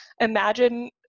imagine